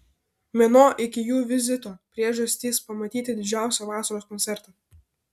mėnuo iki jų vizito priežastys pamatyti didžiausią vasaros koncertą